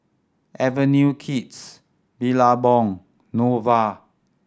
Avenue Kids Billabong Nova